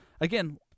Again